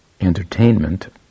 entertainment